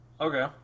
okay